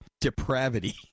depravity